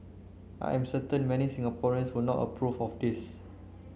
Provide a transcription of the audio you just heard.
I am certain many Singaporeans will not approve of this